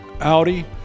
Audi